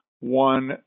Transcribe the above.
one